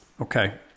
Okay